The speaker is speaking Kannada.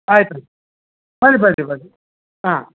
ಆಯ್ತು ರೀ ಬನ್ರಿ ಬನ್ರಿ ಬನ್ರಿ ಹಾಂ